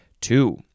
Two